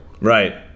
Right